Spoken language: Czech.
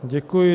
Děkuji.